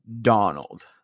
Donald